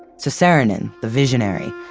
so saarinen, the visionary,